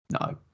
No